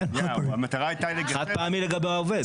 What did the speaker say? המטרה הייתה --- חד פעמי לגבי העובד.